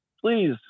Please